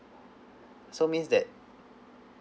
so means that